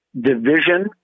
division